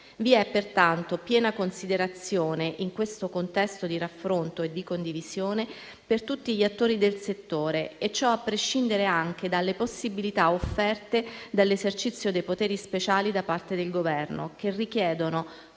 Vi è, pertanto, piena considerazione, in questo contesto di raffronto e di condivisione, per tutti gli attori del settore e ciò a prescindere anche dalle possibilità offerte dall'esercizio dei poteri speciali da parte del Governo, che richiedono